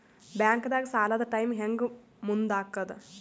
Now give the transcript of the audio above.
ಬ್ಯಾಂಕ್ದಾಗ ಸಾಲದ ಟೈಮ್ ಹೆಂಗ್ ಮುಂದಾಕದ್?